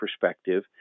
perspective